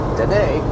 today